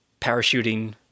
parachuting